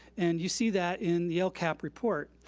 and you see that in the lcap report.